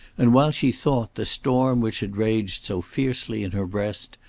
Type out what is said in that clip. and, while she thought, the storm which had raged so fiercely in her breast,